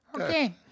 Okay